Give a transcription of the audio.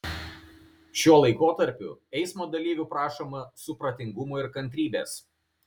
šiuo laikotarpiu eismo dalyvių prašoma supratingumo ir kantrybės